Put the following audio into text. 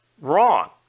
wrong